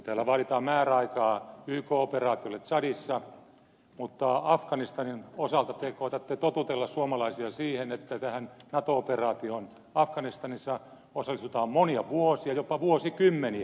täällä vaaditaan määräaikaa yk operaatiolle tsadissa mutta afganistanin osalta te koetatte totutella suomalaisia siihen että tähän nato operaatioon afganistanissa osallistutaan monia vuosia jopa vuosikymmeniä